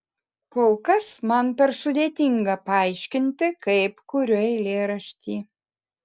kol kas man per sudėtinga paaiškinti kaip kuriu eilėraštį